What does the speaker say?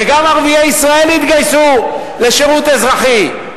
וגם ערביי ישראל יתגייסו לשירות אזרחי,